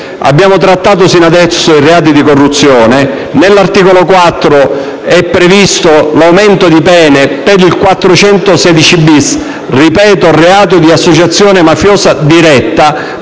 Abbiamo trattato fino ad ora i reati di corruzione. Nell'articolo 4 è previsto l'aumento delle pene per il 416*-bis*, che - ripeto - punisce il reato di associazione mafiosa diretta;